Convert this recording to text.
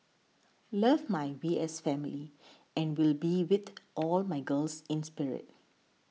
love my V S family and will be with all my girls in spirit